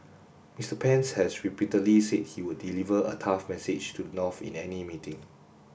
Mister Pence has repeatedly said he would deliver a tough message to the North in any meeting